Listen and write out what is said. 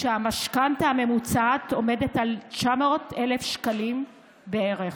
והמשכנתה הממוצעת עומדת על 900,000 שקלים בערך.